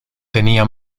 tenía